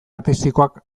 artistikoak